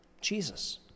Jesus